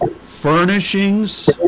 furnishings